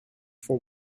for